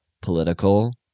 political